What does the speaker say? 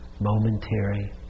Momentary